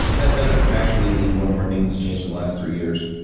that does actually lead to one more thing that's changed in the last three years,